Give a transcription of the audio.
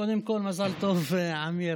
קודם כול מזל טוב, עמיר.